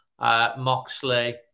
Moxley